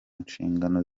nshingano